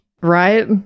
Right